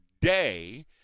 day